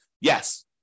yes